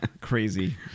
crazy